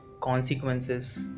consequences